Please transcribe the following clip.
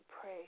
pray